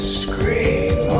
scream